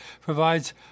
provides